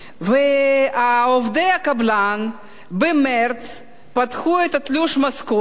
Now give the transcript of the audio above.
ועובדי הקבלן במרס פתחו את תלוש המשכורת,